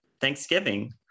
Thanksgiving